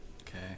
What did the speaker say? Okay